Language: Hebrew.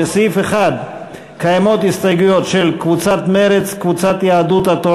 לסעיף 1 קיימות הסתייגויות של חברי הכנסת זהבה גלאון,